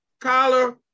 collar